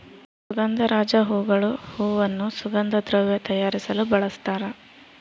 ಸುಗಂಧರಾಜ ಹೂಗಳು ಹೂವನ್ನು ಸುಗಂಧ ದ್ರವ್ಯ ತಯಾರಿಸಲು ಬಳಸ್ತಾರ